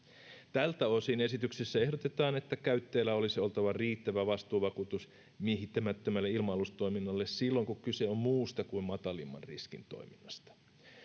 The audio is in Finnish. tältä osin esityksessä ehdotetaan että käyttäjällä olisi oltava riittävä vastuuvakuutus miehittämättömälle ilma alustoiminnalle silloin kun kyse on muusta kuin matalimman riskin toiminnasta